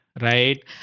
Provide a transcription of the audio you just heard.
right